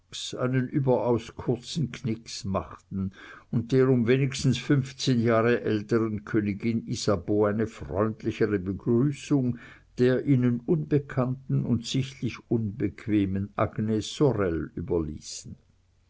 einen überaus kurzen knicks machten und der um wenigstens fünfzehn jahre älteren königin isabeau eine freundlichere begrüßung der ihnen unbekannten und sichtlich unbequemen agnes sorel